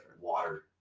Water